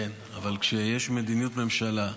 כן, אבל כשיש מדיניות ממשלה,